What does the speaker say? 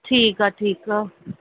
ठीकु आहे ठीकु आहे